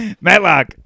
Matlock